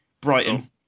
Brighton